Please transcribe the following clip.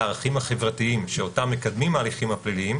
הערכים החברתיים שאותם מקדמים ההליכים הפליליים,